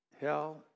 hell